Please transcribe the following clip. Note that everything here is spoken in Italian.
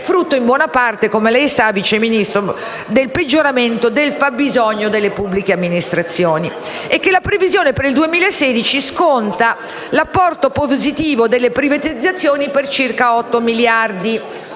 frutto in buona parte - come lei sa, Vice Ministro - del peggioramento del fabbisogno delle pubbliche amministrazioni; che la previsione per il 2016 sconta l'apporto positivo delle privatizzazioni per circa 8 miliardi: una